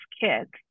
kids